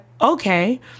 okay